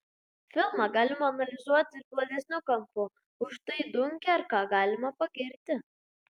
filmą galima analizuoti ir platesniu kampu už tai diunkerką galima pagirti